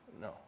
No